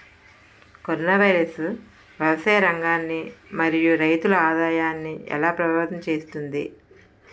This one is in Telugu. కరోనా వైరస్ వ్యవసాయ రంగాన్ని మరియు రైతుల ఆదాయాన్ని ఎలా ప్రభావితం చేస్తుంది?